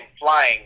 flying